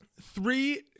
three